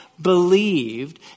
Believed